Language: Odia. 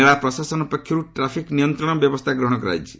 ମେଳା ପ୍ରଶାସନ ପକ୍ଷରୁ ଟ୍ରାଫିକ ନିୟନ୍ତ୍ରଣ ପାଇଁ ବ୍ୟବସ୍ଥା ଗ୍ରହଣ କରାଯାଇଛି